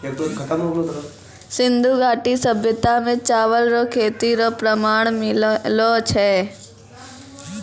सिन्धु घाटी सभ्यता मे चावल रो खेती रो प्रमाण मिललो छै